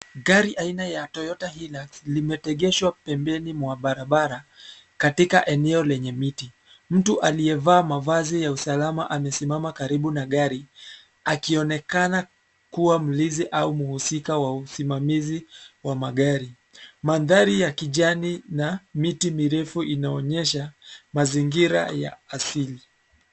Gari aina ya Toyota hilux limetegeshwa pembeni mwa barabara, katika eneo lenye miti. Mtu aliyevaa mavazi ya usalama amesimama karibu na gari, akionekana kuwa mlinzi au mhusika wa usimamizi wa magari. Mandhari ya kijani na miti mirefu inaonyesha mazingira ya asili.